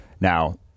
Now